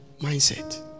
mindset